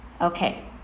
okay